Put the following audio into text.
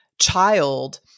child